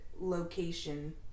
location